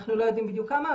אנחנו לא יודעים בדיוק כמה,